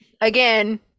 again